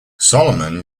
solomon